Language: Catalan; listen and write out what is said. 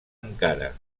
encara